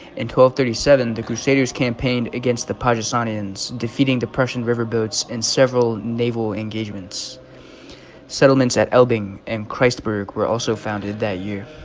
and thirty seven the crusaders campaigned against the pitocin ins defeating the prussian riverboats and several naval engagements settlements at albion and christ burg were also founded that year